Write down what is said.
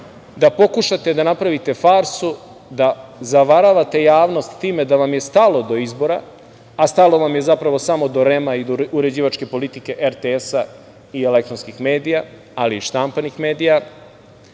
da pokušate da napravite farsu, da zavaravate javnost time da vam je stalo do izbora, a stalo vam je zapravo samo do REM-a i do uređivačke politike RTS-a i elektronskih medija, ali i štampanih medija,